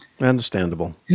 Understandable